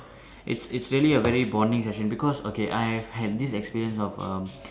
it's it's really a very bonding session because okay I have this experience of um